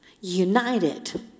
united